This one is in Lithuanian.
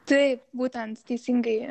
taip būtent teisingai